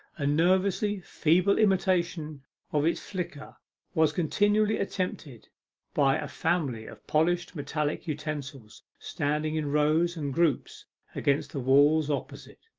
a nervously-feeble imitation of its flicker was continually attempted by a family of polished metallic utensils standing in rows and groups against the walls opposite,